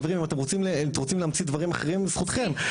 חברים אם אתם רוצים להמציא דברים אחרים זה זכותכם,